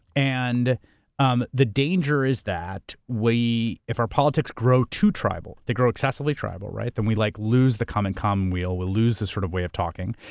and um the danger is that we, if our politics grow too tribal, they grow excessively tribal, then we like lose the common, common wheel, we'll lose the sort of way of talking,